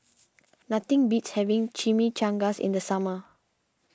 nothing beats having Chimichangas in the summer